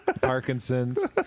Parkinson's